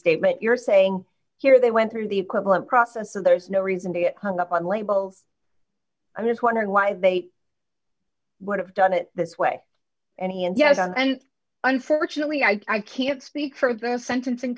statement you're saying here they went through the equivalent process so there's no reason to get hung up on labels i was wondering why they would have done it this way any and yes and unfortunately i can't speak for the sentencing